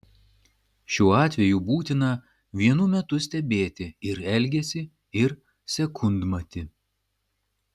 šiuo atveju būtina vienu metu stebėti ir elgesį ir sekundmatį